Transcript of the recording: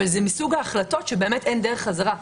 אבל זה מסוג ההחלטות שבאמת אין דרך חזרה.